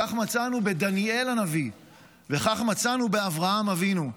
כך מצאנו בדניאל הנביא וכך מצאנו באברהם אבינו.